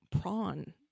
Prawn